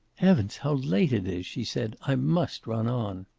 heavens, how late it is! she said. i must run on.